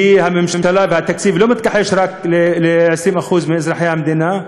התקציב מתכחש לא רק ל-20% מאזרחי המדינה,